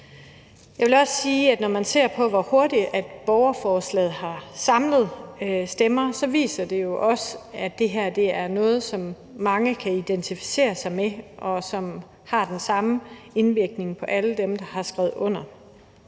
når man ser på, hvor hurtigt borgerforslaget har samlet stemmer, viser det jo også, at det her er noget, som mange kan identificere sig med, og som har den samme indvirkning på alle dem, der har skrevet under.